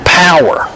power